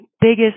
biggest